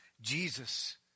Jesus